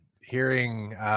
Hearing